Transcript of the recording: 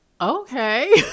okay